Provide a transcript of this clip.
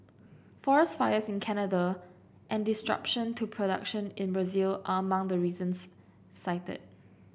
forest fires in Canada and disruption to production in Brazil are among the reasons cited